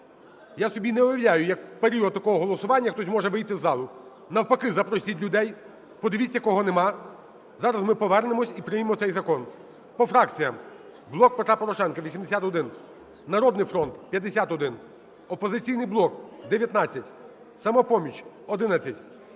Я собі не уявляю, як в період такого голосування хтось може вийти з залу. Навпаки, запросіть людей, подивіться, кого нема. Зараз ми повернемося і приймемо цей закон. По фракціям. "Блок Петра Порошенка" – 81, "Народний фронт" - 51, "Опозиційний блок" – 19, "Самопоміч" –